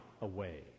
away